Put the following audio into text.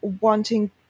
wanting